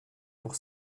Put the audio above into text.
pour